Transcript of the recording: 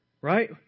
right